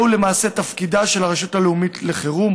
זהו למעשה תפקידה של הרשות הלאומית לחירום,